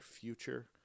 future